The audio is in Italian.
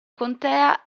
contea